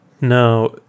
now